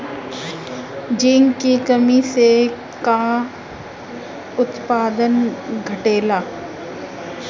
Zinc की कमी से का उत्पादन घटेला?